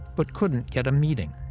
but couldn't get a meeting.